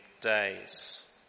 days